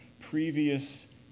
previous